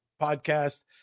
podcast